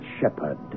shepherd